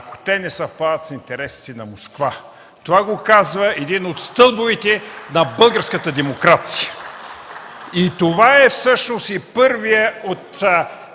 ако те не съвпадат с интересите на Москва.” Това го казва един от стълбовете на българската демокрация. (Ръкопляскания от